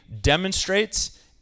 demonstrates